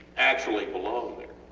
actually belong there